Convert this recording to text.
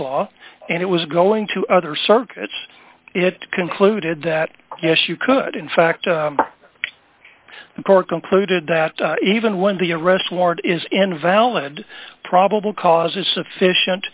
law and it was going to other circuits it concluded that yes you could in fact the court concluded that even when the arrest warrant is invalid probable cause is sufficient